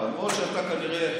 למרות שאתה כנראה,